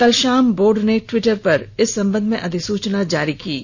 कल शाम बोर्ड ने ट्विटर पर इस संबंध में अधिसूचना भी जारी कर दी है